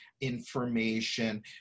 information